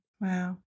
Wow